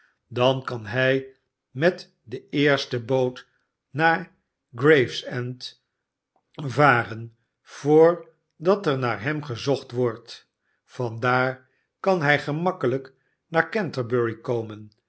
dan kan hij met de eerste boot naar gravesend varen voordat er naar hem gezocht wordt van daar kan hij gemakkelijk naar canterbury komen